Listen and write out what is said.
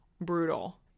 brutal